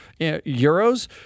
euros